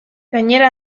gainera